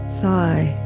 thigh